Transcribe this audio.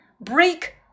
break